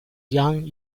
young